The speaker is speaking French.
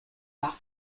par